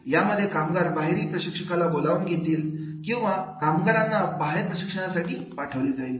यामध्ये कामगार बाहेरील प्रशिक्षकाला बोलावून घेतील किंवा कामगारांना बाहेर प्रशिक्षणासाठी पाठवले जाईल